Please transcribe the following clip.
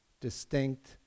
distinct